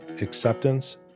acceptance